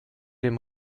dem